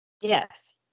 Yes